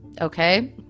Okay